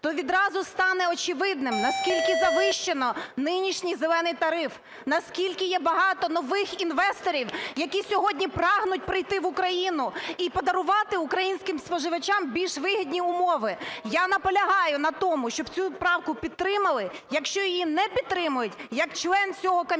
то відразу стане очевидним, наскільки завищено нинішній "зелений" тариф, наскільки є багато нових інвесторів, які сьогодні прагнуть прийти в Україну і подарувати українським споживачам більш вигідні умови. Я наполягаю на тому, щоб цю правку підтримали. Якщо її не підтримають, як член цього комітету